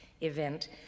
event